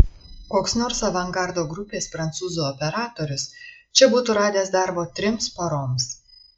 koks nors avangardo grupės prancūzų operatorius čia būtų radęs darbo trims paroms